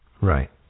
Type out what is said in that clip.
Right